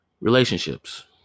Relationships